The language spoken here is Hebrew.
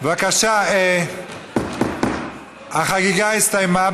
אז בבקשה, החגיגה הסתיימה.